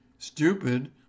Stupid